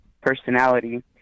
personality